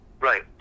Right